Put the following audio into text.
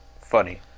funny